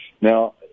Now